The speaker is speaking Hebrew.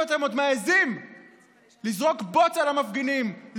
ואתם עוד מעיזים לזרוק בוץ על המפגינים,